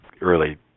early